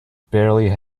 barely